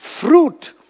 fruit